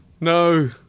No